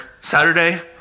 Saturday